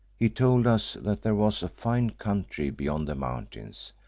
he told us that there was a fine country beyond the mountains,